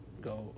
go